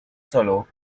solo